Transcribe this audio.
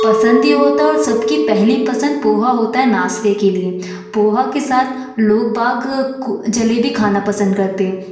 पसंद ही होता है और सबकी पहली पसंद पोहा होता है नाश्ते के लिए पोहा के साथ लोग बाग को जलेबी खाना पसंद करते हैं